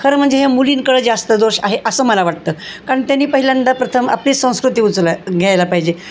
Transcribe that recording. खरं म्हणजे हे मुलींकडं जास्त दोष आहे असं मला वाटतं कारण त्यांनी पहिल्यांदा प्रथम आपली संस्कृती उचला घ्यायला पाहिजे